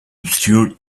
obscured